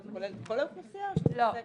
זה כולל את כל האוכלוסייה או שזה -- לא,